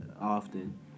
often